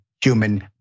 human